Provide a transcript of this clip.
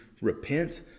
repent